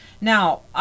Now